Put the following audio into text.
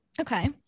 Okay